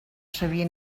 sabia